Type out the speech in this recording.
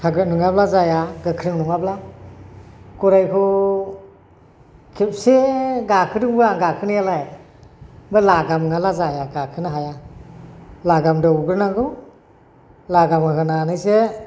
थागोर नङाला जाया गोख्रों नङाब्ला गरायखौ खेबसे गाखोदोंबो आं गाखोनायालाय लागाम नङाब्ला जाया गाखोनो हाया लागाम दौग्रोनांगौ लागाम होग्रोनानैसो